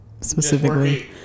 specifically